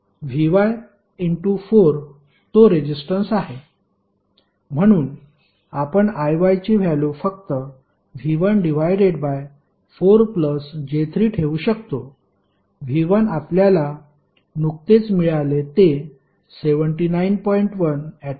Vy 4 तो resistance आहे म्हणून आपण Iy ची व्हॅल्यु फक्त V1 4 j3 ठेवू शकतो V1 आपल्याला नुकतेच मिळाले ते 79